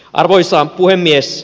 arvoisa puhemies